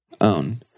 own